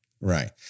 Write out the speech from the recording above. Right